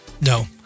No